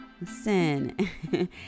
Listen